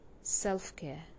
self-care